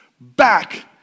back